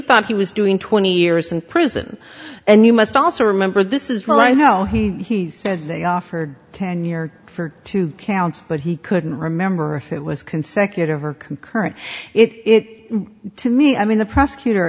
thought he was doing twenty years in prison and you must also remember this is really i know he said they offered ten year for two counts but he couldn't remember if it was consecutive or concurrent it to me i mean the prosecutor